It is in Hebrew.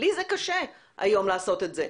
לי זה קשה היום לעשות את זה.